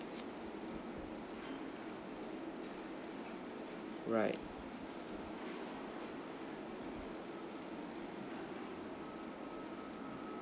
right